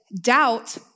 doubt